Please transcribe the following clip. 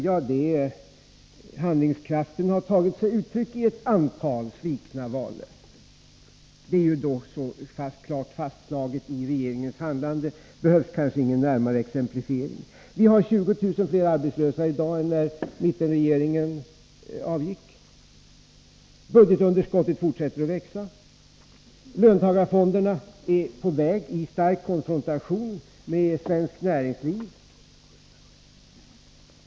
Ja, handlingskraften har tagit sig uttryck i ett antal svikna vallöften. Det kan klart fastslås av regeringens handlande, och det behövs kanske inga närmare exemplifieringar. Vi har i dag 20000 fler arbetslösa än när mittenregeringen avgick och budgetunderskottet fortsätter att växa. Löntagarfonderna är på väg i stark konfrontation med svenskt näringsliv.